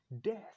Death